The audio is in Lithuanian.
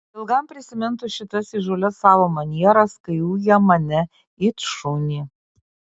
ilgam prisimintų šitas įžūlias savo manieras kai uja mane it šunį